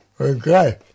okay